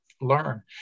Learn